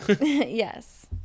yes